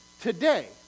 today